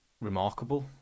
remarkable